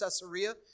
Caesarea